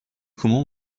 comment